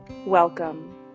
Welcome